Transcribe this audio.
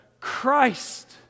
christ